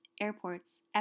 airports